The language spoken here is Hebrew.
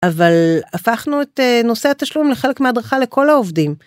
אבל הפכנו את נושא התשלום לחלק מהדרכה לכל העובדים.